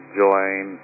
join